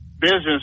business